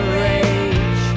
rage